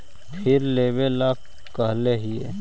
फिर लेवेला कहले हियै?